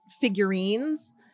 figurines